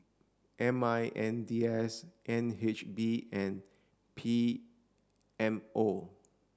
M I N D S N H B and P M O